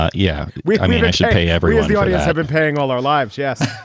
ah yeah, we should pay everyone. the audience have been paying all our lives. yes.